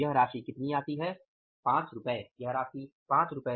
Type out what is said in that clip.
तो यह राशि कितनी होती है 5 रु